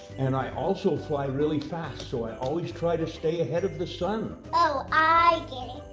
and i also fly really fast, so i always try to stay ahead of the sun. oh, i get it.